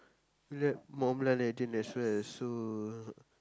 that Montblanc Legend as well so